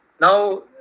Now